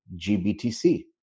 GBTC